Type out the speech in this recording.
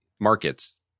markets